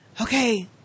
okay